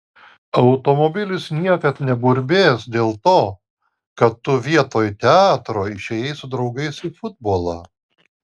automobilis niekad neburbės dėl to kad tu vietoj teatro išėjai su draugais į futbolą